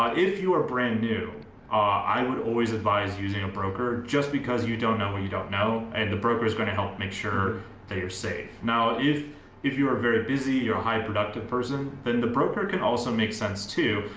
if you are brand new i would always advise using a broker just because you don't know what you don't know. and the broker's gonna help make sure that you're safe. now, if if you are very busy and you're a high productive person then the broker can also make sense too.